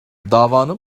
davanın